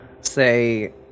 say